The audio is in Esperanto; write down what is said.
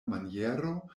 maniero